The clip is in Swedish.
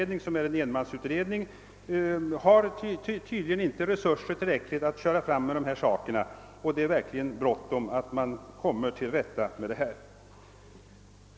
Den sittande enmansutredningen har tydligen inte tillräckliga resurser för att klara av dessa frågor, som det nu verkligen hastar att komma till rätta med.